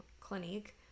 Clinique